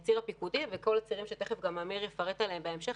וכל הצירים שאמיר יפרט עליהם בהמשך,